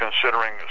considering